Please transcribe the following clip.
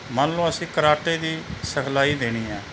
ਮੰਨ ਲਓ ਅਸੀਂ ਕਰਾਟੇ ਦੀ ਸਿਖਲਾਈ ਦੇਣੀ ਆ